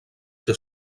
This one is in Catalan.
ser